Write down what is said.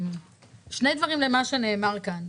שני דברים למה שנאמר כאן.